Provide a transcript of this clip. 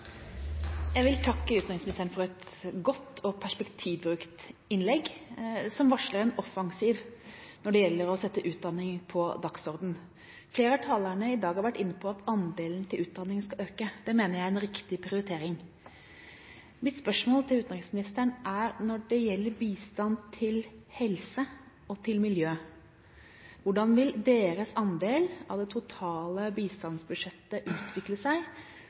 Jeg vil takke utenriksministeren for et godt og perspektivrikt innlegg, som varsler en offensiv når det gjelder å sette utdanning på dagsordenen. Flere av talerne i dag har vært inne på at andelen til utdanning skal øke. Det mener jeg er en riktig prioritering. Mitt spørsmål til utenriksministeren er: Når det gjelder bistand til helse og til miljø, hvordan vil deres andel av det totale bistandsbudsjettet utvikle seg